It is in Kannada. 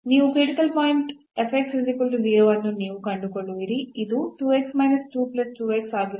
ನೀವು ಕ್ರಿಟಿಕಲ್ ಪಾಯಿಂಟ್ ಅನ್ನು ನೀವು ಕಂಡುಕೊಳ್ಳುವಿರಿ ಇದು ಆಗಿರುತ್ತದೆ